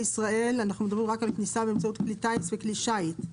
שאנחנו מדברים רק על כניסה באמצעות כלי טיס וכלי שיט,